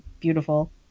Beautiful